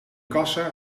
kassa